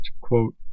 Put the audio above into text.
quote